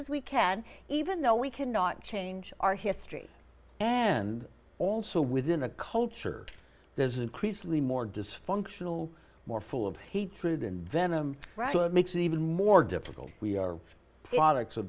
as we can even though we cannot change our history and also within the culture there's increasingly more dysfunctional more full of hatred and venom makes it even more difficult we are